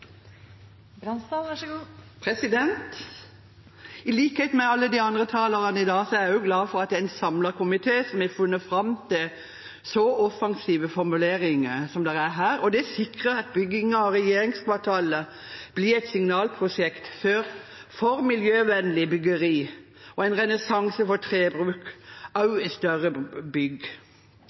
jeg glad for at det er en samlet komité som har funnet fram til så offensive formuleringer som det er her. Det sikrer at byggingen av regjeringskvartalet blir et signalprosjekt for miljøvennlig bygging og en renessanse for bruk av tre også i større bygg.